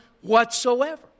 whatsoever